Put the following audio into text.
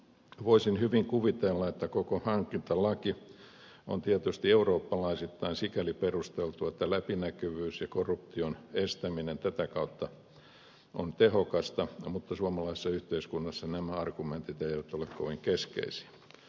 voisin hyvin kuvitella että koko hankintalaki on tietysti eurooppalaisittain sikäli perusteltu että läpinäkyvyys ja korruption estäminen tätä kautta on tehokasta mutta suomalaisessa yhteiskunnassa nämä argumentit eivät ole kovin keskeisiä